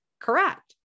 Correct